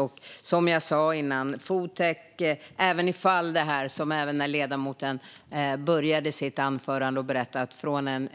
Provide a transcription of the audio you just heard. Ledamoten inledde med att berätta att man från